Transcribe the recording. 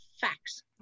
facts